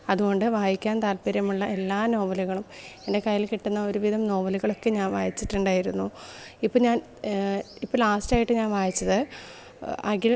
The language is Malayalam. അതുകൊണ്ട് വായിക്കാൻ താത്പര്യമുള്ള എല്ലാ നോവലുകളും എൻ്റെ കൈയിൽ കിട്ടുന്ന ഒരുവിധം നോവലുകളൊക്കെ ഞാൻ വായിച്ചിട്ടുണ്ടായിരുന്നു ഇപ്പം ഞാൻ ഇപ്പം ലാസ്റ്റായിട്ട് ഞാൻ വായിച്ചത് അഖിൽ